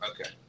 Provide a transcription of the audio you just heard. Okay